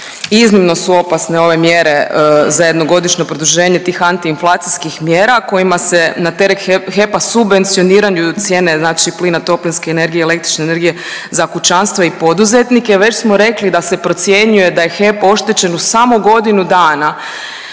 Iznimno su opasne ove mjere za jednogodišnje produženje tih antiinflacijskih mjera kojima se na teret HEP-a subvencioniraju cijene znači plina, toplinske energije, električne energije za kućanstva i poduzetnike. Već smo rekli da se procjenjuje da je HEP oštećen u samo godinu dana